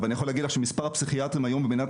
אבל אני יכול להגיד לך שמספר הפסיכיאטרים היום במדינת